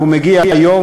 והוא מגיע היום,